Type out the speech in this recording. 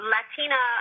Latina